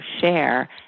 share